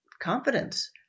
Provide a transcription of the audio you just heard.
confidence